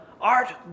art